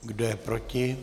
Kdo je proti?